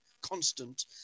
constant